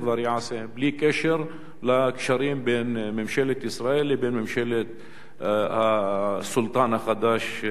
בלי קשר לקשרים בין ממשלת ישראל לבין ממשלת הסולטן החדש מר ארדואן.